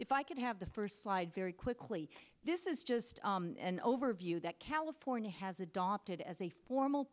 if i could have the first slide very quickly this is just an overview that california has adopted as a formal